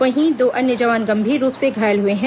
वहीं दो अन्य जवान गंभीर रूप से घायल हुए हैं